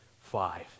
five